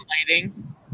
lighting